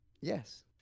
Yes